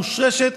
מושרשת,